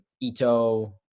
Ito